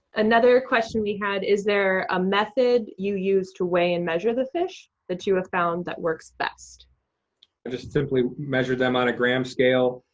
another question we had, is there a method you use to weigh and measure the fish that you have found that works best? i just simply measure them on a gram scale.